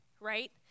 right